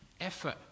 effort